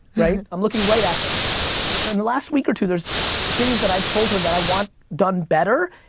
right. i'm looking right at her, but in the last week or two there's things that i've told her that i want done better,